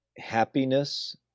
happiness